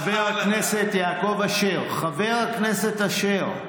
חבר הכנסת יעקב אשר, חבר הכנסת אשר,